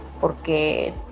porque